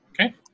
okay